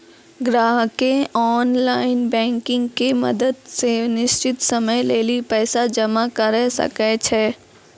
ग्राहकें online banking के मदत से निश्चित समय लेली पैसा जमा करै सकै छै